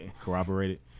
corroborated